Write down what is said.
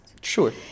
sure